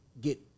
get